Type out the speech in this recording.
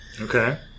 Okay